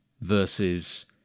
versus